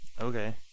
okay